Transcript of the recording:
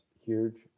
huge